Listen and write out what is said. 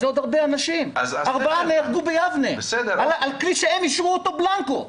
זה עוד הרבה אנשים ארבעה נהרגו ביבנה על כלי שהם אישרו אותו בלנקו.